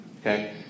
Okay